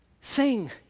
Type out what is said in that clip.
Sing